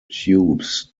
tubes